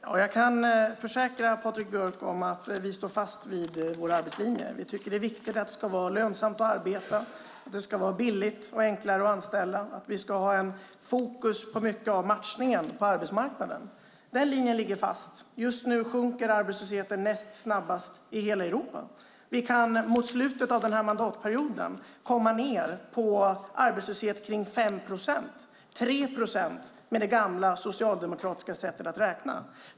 Herr talman! Jag kan försäkra Patrik Björck om att vi står fast vid vår arbetslinje. Det är viktigt att det är lönsamt att arbeta, att det är billigt och enkelt att anställa och att det är fokus på matchningen på arbetsmarknaden. Den linjen ligger fast. Just nu sjunker arbetslösheten näst snabbast i hela Europa. Mot slutet av mandatperioden kan vi komma ned i en arbetslöshet på 5 procent, eller 3 procent med det gamla socialdemokratiska sättet att räkna.